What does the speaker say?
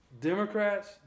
Democrats